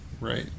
Right